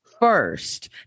first